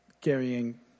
carrying